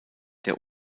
der